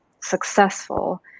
successful